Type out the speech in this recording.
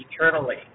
eternally